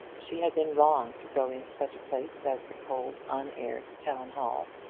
she had been wrong to go into such a place as the cold, unaired town-hall,